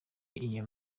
iyo